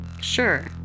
Sure